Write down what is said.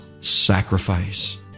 sacrifice